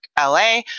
LA